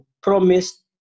promised